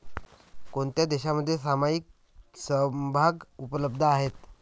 कोणत्या देशांमध्ये सामायिक समभाग उपलब्ध आहेत?